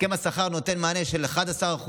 הסכם השכר נותן מענה של 11%,